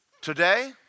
Today